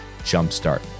jumpstart